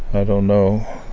i don't know.